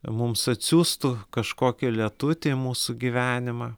mums atsiųstų kažkokį lietutį į mūsų gyvenimą